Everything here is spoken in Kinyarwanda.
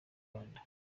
rwanda